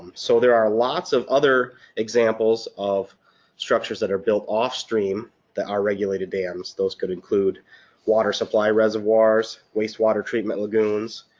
so there are lots of other examples of structures that are built off stream that are regulated dams, those could include water supply reservoirs, waste water treatment lagoons,